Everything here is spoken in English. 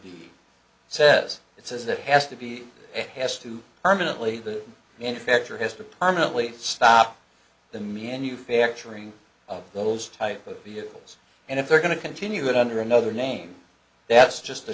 big says it says it has to be it has to permanently the manufacturer has to permanently stop the manufacturing of those type of vehicles and if they're going to continue it under another name that's just